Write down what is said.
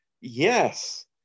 yes